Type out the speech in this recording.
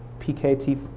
PKT